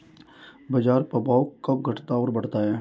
बाजार प्रभाव कब घटता और बढ़ता है?